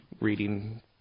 reading